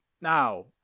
Now